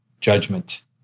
judgment